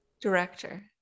Director